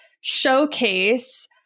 showcase